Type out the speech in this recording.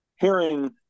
hearing